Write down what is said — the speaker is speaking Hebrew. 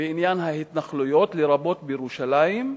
בעניין ההתנחלויות, לרבות בירושלים,